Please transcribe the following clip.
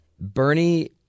Bernie